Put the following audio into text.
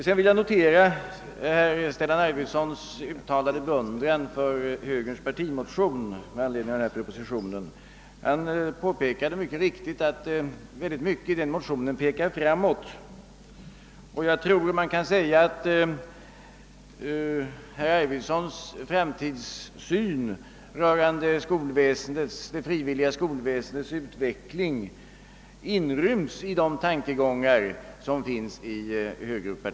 Sedan noterade jag Stellan Arvidsons uttalade beundran för den partimotion som högern väckt i anledning av förevarande proposition. Herr Arvidson påpekade alldeles riktigt att mycket i den motionen pekar framåt. Man kan väl säga att herr Arvidsons framtidssyn rörande det frivilliga skolväsendets utveckling inrymmes i högermotionens tankegångar.